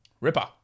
Ripper